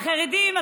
החרדים,